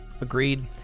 agreed